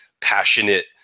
passionate